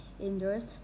indoors